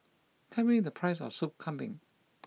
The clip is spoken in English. tell me the price of Soup Kambing